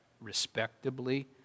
respectably